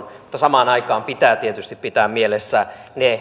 mutta samaan aikaan pitää tietysti pitää mielessä ne